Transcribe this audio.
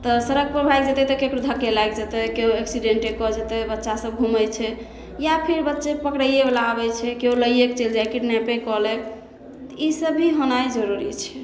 तऽ सड़क पर भागि जेतै तऽ केकरो धक्के लागि जेतै केओ एक्सिडेन्टे कऽ जेतै बच्चा सभ घुमै छै या फिर बच्चे पकड़ैए बला आबै छै केओ लैए कऽ चलि जाइ किडनैपे कऽ लै तऽ ई सभ भी होनाइ जरूरी छै